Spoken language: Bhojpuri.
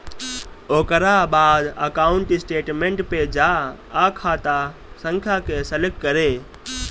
ओकरा बाद अकाउंट स्टेटमेंट पे जा आ खाता संख्या के सलेक्ट करे